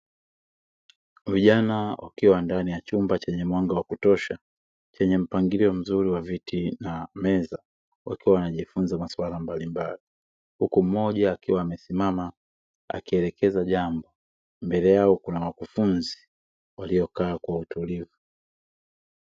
Vijana wakiwa ndani ya chumba chenye mwanga wa kutosha chenye mpangilio mzuri wa viti na meza wakiwa wanajifunza masuala mbalimbali huku mmoja akiwa amesimama akielekeza jambo, mbele yao kuna wakufunzi waliokaa kwa utulivu.